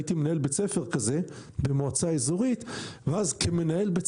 הייתי מנהל בית ספר כזה במועצה אזורית ואז כמנהל בית